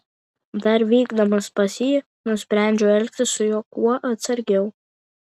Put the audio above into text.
dar vykdamas pas jį nusprendžiau elgtis su juo kuo atsargiau